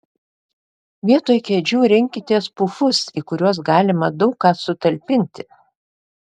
vietoj kėdžių rinkitės pufus į kuriuos galima daug ką sutalpinti